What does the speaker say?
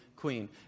queen